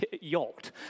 yacht